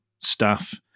staff